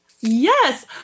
Yes